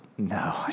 No